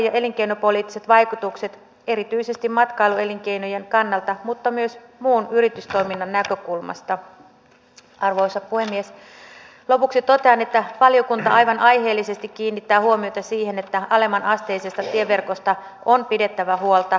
olemme nähneet syysistuntokauden aikana useiden lakien ja hallituksen esitysten osalta puutteellista valmistelua asiantuntijalausuntojen sivuuttamista ja valitettavasti myös täysin virheellistä informaatiota jota eduskunnan salissa on esitetty jopa ministerin toimesta